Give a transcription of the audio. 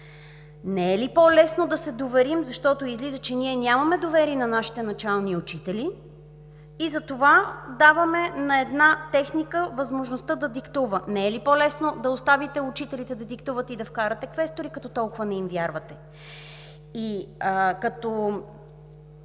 Не е ли по-лесно да се доверим – защото излиза, че ние нямаме доверие на нашите начални учители и затова даваме на една техника възможността да диктува, не е ли по-лесно да оставите учителите да диктуват и да вкарате квестори, като толкова не им вярвате?